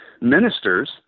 ministers